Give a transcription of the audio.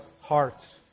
hearts